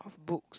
books